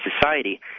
society